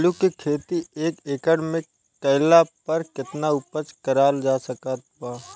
आलू के खेती एक एकड़ मे कैला पर केतना उपज कराल जा सकत बा?